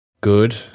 good